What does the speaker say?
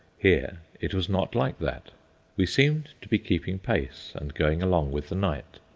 here it was not like that we seemed to be keeping pace and going along with the knight.